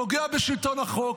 פוגע בשלטון החוק,